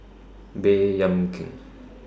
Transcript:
Baey Yam Keng